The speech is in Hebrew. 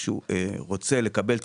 כשהוא רוצה לקבל טיפול,